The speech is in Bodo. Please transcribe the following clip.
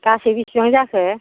गासै बेसेबां जाखो